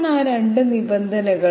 എന്താണ് ആ 2 നിബന്ധനകൾ